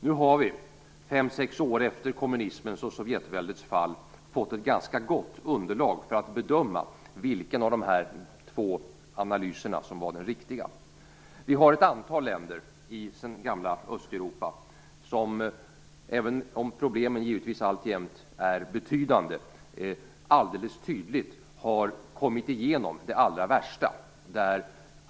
Nu har vi, fem sex år efter kommunismens och sovjetväldets fall, fått ett ganska gott underlag för att bedöma vilken av de här två analyserna som var den riktiga. Det är ett antal länder i det gamla Östeuropa som alldeles tydligt har kommit igenom det allra värsta, även om problemen givetvis alltjämt är betydande.